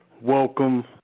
welcome